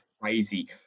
crazy